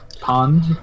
pond